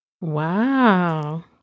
Wow